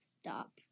stop